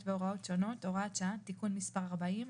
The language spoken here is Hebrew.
והוראות שונות)(הוראת שעה) (תיקון מס' 40),